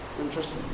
Interesting